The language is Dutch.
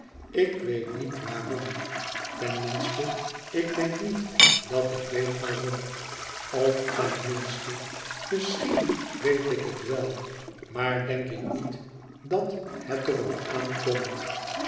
ik weet niet waarom ton minste ik denk niet dat ik weet waarom of tenminste misschien weet ik het wel maar denk ik niet dat hét er op aankomt